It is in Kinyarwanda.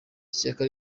ishyaka